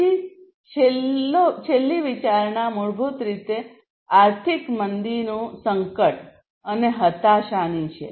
પછી છેલ્લી વિચારણા મૂળભૂત રીતે આર્થિક મંદી નું સંકટ અને હતાશાની છે